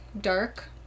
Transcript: Dark